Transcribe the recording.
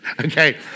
okay